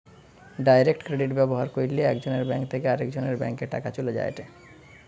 direct credit ব্যবহার কইরলে একজনের ব্যাঙ্ক থেকে আরেকজনের ব্যাংকে টাকা চলে যায়েটে